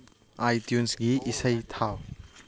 ꯑꯥꯏ ꯇ꯭ꯌꯨꯟꯁꯀꯤ ꯏꯁꯩ ꯊꯥꯎ